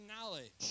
knowledge